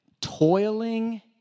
toiling